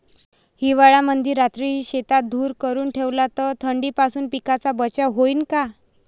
हिवाळ्यामंदी रात्री शेतात धुर करून ठेवला तर थंडीपासून पिकाचा बचाव होईन का?